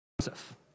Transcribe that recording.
Joseph